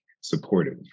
supportive